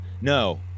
no